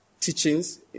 teachings